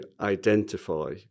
identify